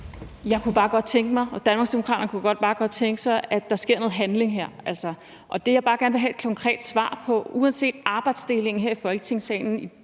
Jeg kunne bare godt tænke mig, og Danmarksdemokraterne kunne bare godt tænke sig, at der kommer noget handling her. Og det, jeg bare gerne vil have et konkret svar på, uanset arbejdsdelingen her i Folketingssalen i dag,